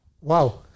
Wow